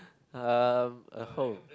um a home